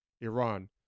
Iran